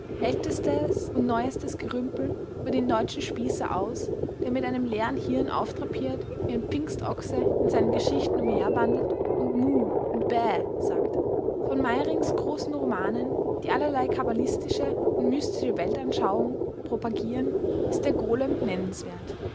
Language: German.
ältestes und neuestes gerümpel über den deutschen spießer aus der mit einem leeren hirn aufdrapiert wie ein pfingstochse in seinen geschichten umherwandelt und muh und bäh sagt von meyrinks großen romanen die allerlei kabbalistische und mystische weltanschauung propagieren ist der golem nennenswert